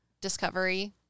discovery